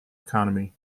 economy